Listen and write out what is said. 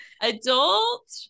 adult